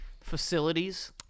facilities